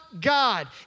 God